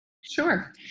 Sure